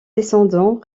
descendants